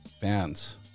fans